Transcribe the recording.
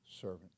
servant